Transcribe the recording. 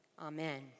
Amen